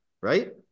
right